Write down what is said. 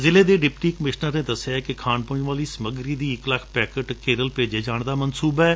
ਜ਼ਿਲੇ ਦੇ deputy commissioner ਨੇ ਦਸਿਐ ਕਿ ਖਾਣ ਪੀਣ ਵਾਲੀ ਸਮੱਗਰੀ ਦੇ ਇਕ ਲੱਖ ਪੈਕੇਟ ਕੇਰਲ ਭੇਜੇ ਜਾਣ ਦਾ ਮੰਸੁਬਾ ਏ